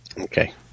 Okay